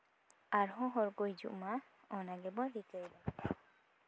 ᱟᱨᱦᱚᱸ ᱦᱚᱲᱠᱚ ᱦᱤᱡᱩᱜ ᱢᱟ ᱚᱱᱟ ᱜᱮᱵᱚᱱ ᱨᱤᱠᱟᱹᱭ ᱢᱟ